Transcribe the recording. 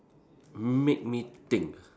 made me think